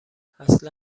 اصلا